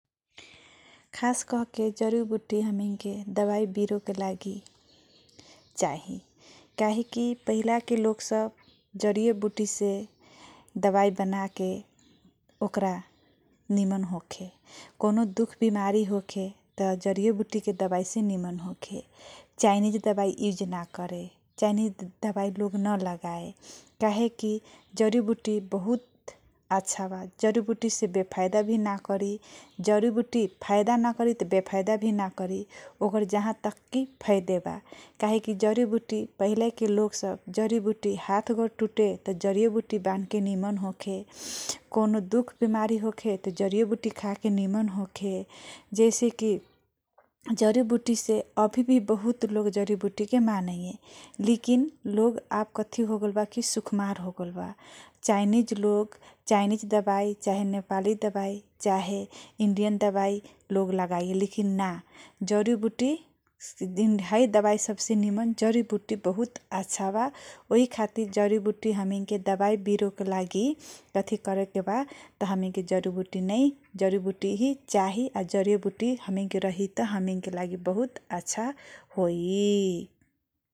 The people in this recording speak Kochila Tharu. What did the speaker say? खास कर के जड़ीबूटी हमैके दबाई बिरो के लागि चाही कहे क पहिला के लोग सब जाड़ूबुटी से दबाई बनायल । ओकर निमन होके कॉनो दुख बेमारी होके त जड़ीबूटी के दबाई से निमन होखे चाइनीज दबाई उसए न करे । चाइनीज दबाई लोग न लगाया कहेके जड़ीबूटी बहुत आछ बा जड़ीबूटी बेफाइड वी न करी फाइदा न कड़ी त बेफाइड वी न करी । ओकर जहा तक के फाइदा ब कहेके पहिला के लोग सब कॉनो हाथ गोर टूटे त जड़ीबूटी से ठीक होखे दुख बीमारी होके त जड़ीबूटी से निमन हओके। जैसे की जड़ीबूटी से आवी वी बहुत आदमी सब जदबूती के मनैया लेकिन लोग आ कथी होगेल ब की सुख मार हीगेल बा । चाइनीज लोग सब दबाई चाही नेपाली दबाई चाहे इंडिया दबाई लेकिन जड़ीबूटी सब से जड़ीबूटी बहुत आछ ब जड़ीबूटी दबाई बिरो के लगी । जड़ीबूटी नई जड़ीबूटी चाही ।